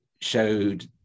Showed